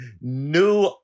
new